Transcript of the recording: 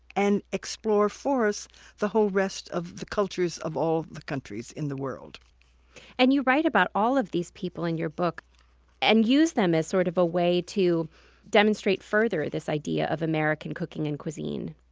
and explore for us the whole rest of the cultures of all the countries in the world and you write about all of these people in your book and use them as sort of a way to demonstrate further this idea of american cooking and cuisine